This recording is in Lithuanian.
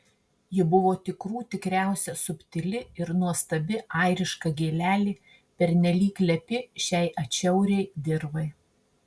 ji buvo tikrų tikriausia subtili ir nuostabi airiška gėlelė pernelyg lepi šiai atšiauriai dirvai